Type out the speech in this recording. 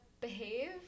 behave